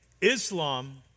Islam